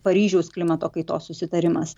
paryžiaus klimato kaitos susitarimas